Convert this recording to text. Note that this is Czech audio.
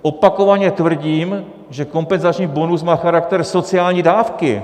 Opakovaně tvrdím, že kompenzační bonus má charakter sociální dávky.